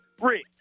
Rick